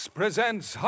presents